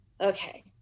Okay